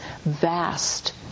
vast